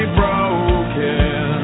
broken